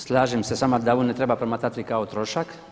Slažem se sa vama da ovo ne treba promatrati kao trošak.